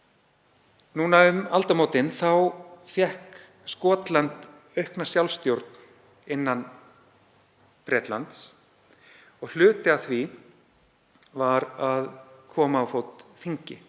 Um aldamótin fékk Skotland aukna sjálfstjórn innan Bretlands og hluti af því var að koma á fót þingi